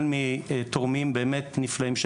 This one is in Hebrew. בהחלט.